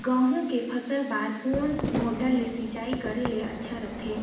गहूं के फसल बार कोन मोटर ले सिंचाई करे ले अच्छा रथे?